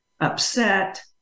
upset